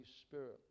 Spirit